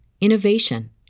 innovation